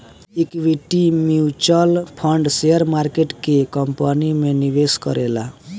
equity mutual fund share market के company में निवेश करेला